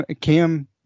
Cam